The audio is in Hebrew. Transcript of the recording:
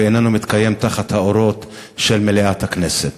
ואיננו מתקיים תחת האורות של מליאת הכנסת.